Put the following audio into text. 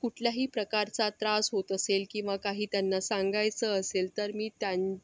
कुठल्याही प्रकारचा त्रास होत असेल किंवा काही त्यांना सांगायचं असेल तर मी त्यां